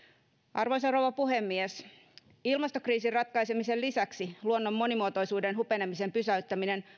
arvoisa rouva puhemies ilmastokriisin ratkaisemisen lisäksi luonnon monimuotoisuuden hupenemisen pysäyttäminen